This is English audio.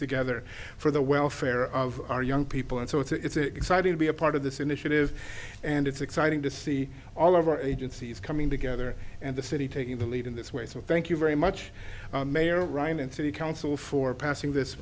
together for the welfare of our young people and so it's exciting to be a part of this initiative and it's exciting to see all of our agencies coming together and the city taking the lead in this way so thank you very much mayor ryan and city council for passing this